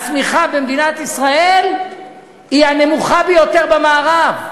הצמיחה במדינת ישראל היא הנמוכה ביותר במערב.